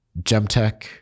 Gemtech